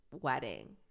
wedding